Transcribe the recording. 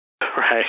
Right